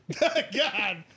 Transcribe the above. God